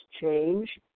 change